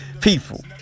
people